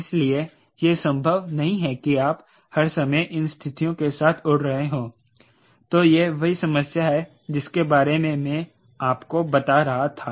इसलिए यह संभव नहीं है कि आप हर समय इन स्थितियों के साथ उड़ रहे हों तो यह वही समस्या है जिसके बारे में मैं आपको बता रहा था